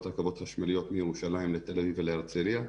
רכבות חשמליות מירושלים לתל אביב ולהרצליה.